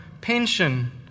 pension